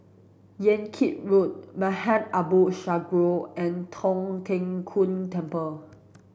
Yan Kit Road Maghain Aboth Synagogue and Tong Tien Kung Temple